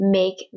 make